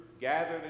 gathered